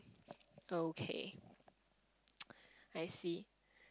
okay I see